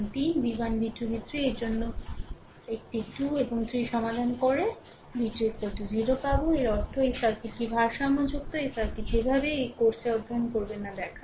V 1 V 2 V 3 এর জন্য একটি 2 এবং 3 সমাধান করা V 2 0 পাবে এর অর্থ এই সার্কিটটি ভারসাম্যযুক্ত এই সার্কিট যেভাবেই এই কোর্সে অধ্যয়ন করবে না দেখায়